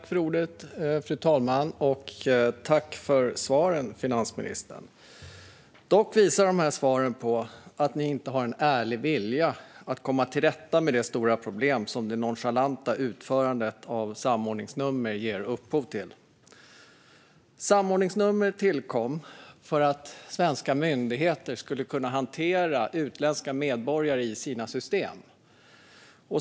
Fru talman! Tack för svaren, finansministern! De visar dock att regeringen inte har en ärlig vilja att komma till rätta med de stora problem som det nonchalanta utfärdandet av samordningsnummer ger upphov till. Samordningsnummer tillkom för att svenska myndigheter skulle kunna hantera utländska medborgare i sina system.